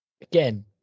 Again